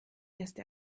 erste